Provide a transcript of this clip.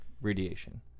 radiation